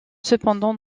cependant